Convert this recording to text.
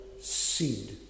seed